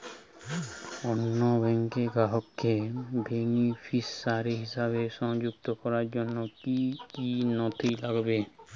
অন্য ব্যাংকের গ্রাহককে বেনিফিসিয়ারি হিসেবে সংযুক্ত করার জন্য কী কী নথি লাগবে?